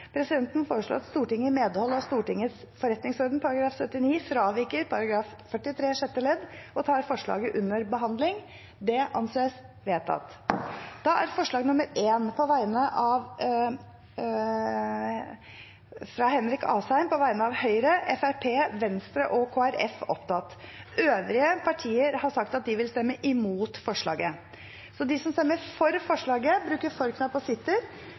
Presidenten foreslår at Stortinget i medhold av Stortingets forretningsorden § 79 fraviker § 43 sjette ledd og tar forslaget under behandling. – Det anses vedtatt. Det voteres over forslag nr. 1, fra Høyre, Fremskrittspartiet, Venstre og Kristelig Folkeparti. Forslaget lyder: «Forslag om endring i Stortingets vedtak om særavgifter til statskassen for